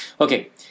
Okay